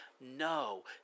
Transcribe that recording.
No